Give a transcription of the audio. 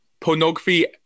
pornography